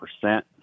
percent